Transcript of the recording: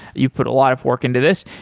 you've put a lot of work into this.